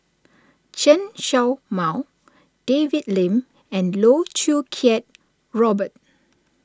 Chen Show Mao David Lim and Loh Choo Kiat Robert